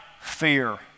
fear